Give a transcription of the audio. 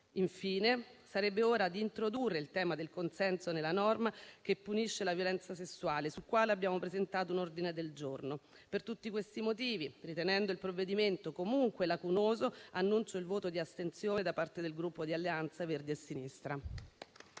Infine sarebbe ora di introdurre il tema del consenso nella norma che punisce la violenza sessuale, sul quale abbiamo presentato un ordine del giorno. Per tutti questi motivi, ritenendo il provvedimento comunque lacunoso, annuncio il voto di astensione da parte del Gruppo Alleanza Verdi e Sinistra.